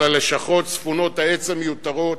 על הלשכות ספונות העץ המיותרות,